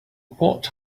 what